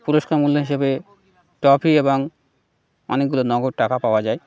পুরস্কার মূল্য হিসেবে ট্রফি এবং অনেকগুলো নগদ টাকা পাওয়া যায়